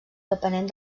depenent